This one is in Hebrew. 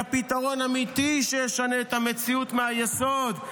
אלא פתרון אמיתי שישנה את המציאות מהיסוד.